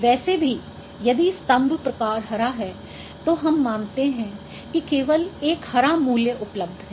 वैसे भी यदि स्तंभ प्रकार हरा है तो हम मानते हैं कि केवल एक हरा मूल्य उपलब्ध है